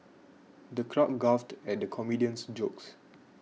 the crowd guffawed at the comedian's jokes